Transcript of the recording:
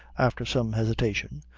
after some hesitation,